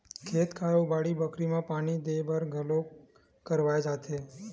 खेत खार अउ बाड़ी बखरी म पानी देय बर बोर घलोक करवाए जाथे